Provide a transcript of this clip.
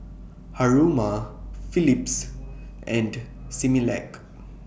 Haruma Phillips and Similac